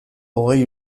hogei